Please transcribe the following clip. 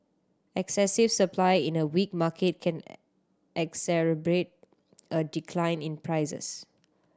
excessive supply in a weak market can exacerbate a decline in prices